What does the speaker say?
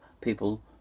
people